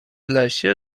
lesie